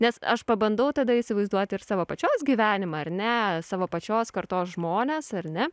nes aš pabandau tada įsivaizduoti ir savo pačios gyvenimą ar ne savo pačios kartos žmones ar ne